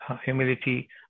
humility